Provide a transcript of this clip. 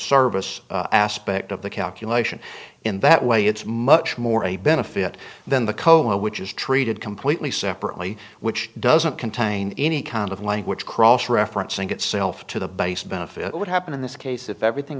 service aspect of the calculation in that way it's much more a benefit than the co which is treated completely separately which doesn't contain any kind of language cross referencing itself to the base benefit would happen in this case if everything